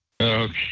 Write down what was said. Okay